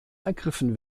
ergriffen